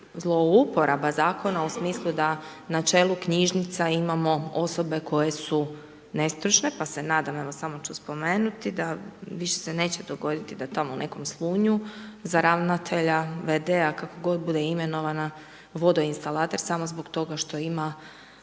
zlouporaba zakona u smislu da na čelu knjižnica iamo osobe koje su nestručne, pa se nadam, samo ću spomenuti, da više se neće dogoditi da tamo u nekom Slunju, za ravnatelja, v.d. kako god bude imenovana, vodoinstalater, samo zbog toga što ima